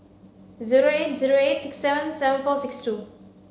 zero eight zero eight six seven seven four six two